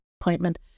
appointment